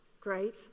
Great